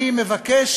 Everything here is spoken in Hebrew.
אני מבקש,